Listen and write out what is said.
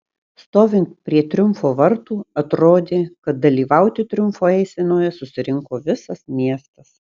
stovint prie triumfo vartų atrodė kad dalyvauti triumfo eisenoje susirinko visas miestas